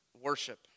worship